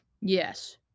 Yes